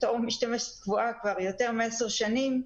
בתור משתמשת קבועה כבר יותר מעשר שנים,